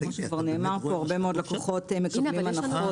כמו שכבר נאמר פה, הרבה מאוד לקוחות מקבלים הנחות,